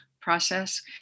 process